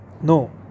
No